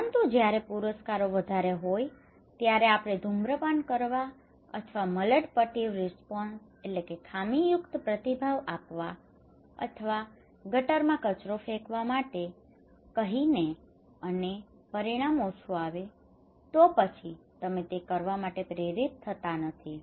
પરંતુ જ્યારે પુરસ્કારો વધારે હોય ત્યારે આપણે ધૂમ્રપાન કરવા અથવા મલડપટિવ રીસપોન્સ maladaptive response ખામીયુક્ત પ્રતિભાવ આપવા અથવા ગટરમાં કચરો ફેંકવા માટે કહીએ અને પરિણામ ઓછું આવે તો પછી તમે તે કરવા માટે પ્રેરિત થતાં નથી